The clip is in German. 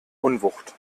unwucht